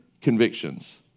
convictions